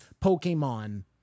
Pokemon